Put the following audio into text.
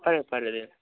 ꯐꯔꯦ ꯐꯔꯦ ꯑꯗꯨꯗꯤ